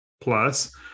plus